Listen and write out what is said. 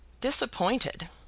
Disappointed